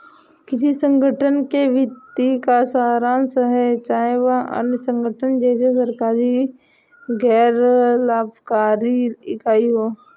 किसी संगठन के वित्तीय का सारांश है चाहे वह अन्य संगठन जैसे कि सरकारी गैर लाभकारी इकाई हो